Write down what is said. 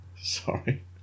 sorry